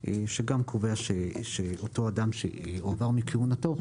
שגם קובע שאותו אדם שיועבר מכהונתו,